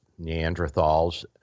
Neanderthals